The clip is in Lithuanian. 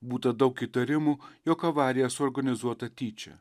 būta daug įtarimų jog avarija suorganizuota tyčia